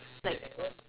like